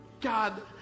God